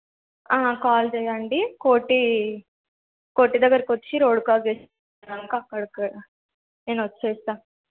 call చేయండి కోటీ కోటీ దగ్గరకు వచ్చి రోడ్ క్రాస్ చేసినాక అక్కడికి నేను వస్తాను